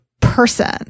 person